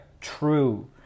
true